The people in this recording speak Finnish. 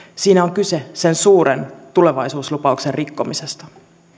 siinä on kyse sen suuren tulevaisuuslupauksen rikkomisesta